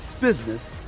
business